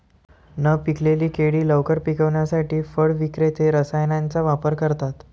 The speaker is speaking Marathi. न पिकलेली केळी लवकर पिकवण्यासाठी फळ विक्रेते रसायनांचा वापर करतात